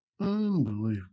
Unbelievable